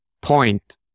point